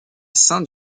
sainte